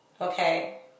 okay